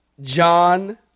John